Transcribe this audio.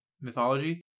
mythology